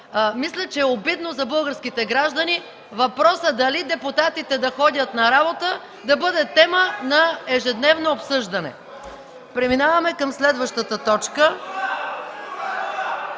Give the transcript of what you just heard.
Мисля, че е обидно за българските граждани въпроса дали депутатите да ходят на работа, да бъде тема на ежедневно обсъждане. Преминаваме към следващата точка.